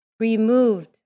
Removed